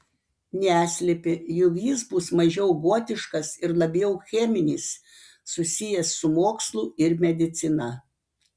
neslėpė jog jis bus mažiau gotiškas ir labiau cheminis susijęs su mokslu ir medicina